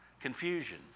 confusion